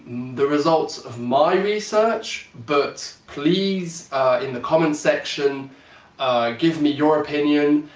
the results of my research. but please in the comment section give me your opinion.